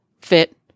Fit